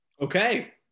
Okay